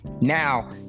Now